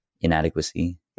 inadequacy